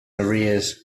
arrears